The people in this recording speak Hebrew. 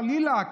חלילה,